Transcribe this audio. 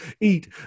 eat